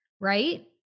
Right